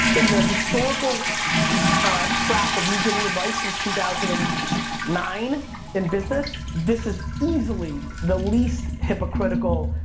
in the historical track of me giving advice since two thousand and nine in business, this is easily the least hypocritical,